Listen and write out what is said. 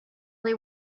they